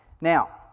Now